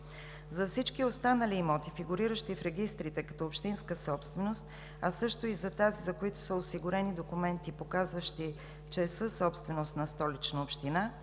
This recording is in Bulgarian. За всички останали имоти, фигуриращи в регистрите като общинска собственост, а също и за тази, за която са осигурени документи, показващи, че е съсобственост на Столична община,